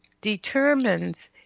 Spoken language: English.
determines